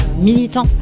militant